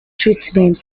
treatment